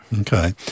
Okay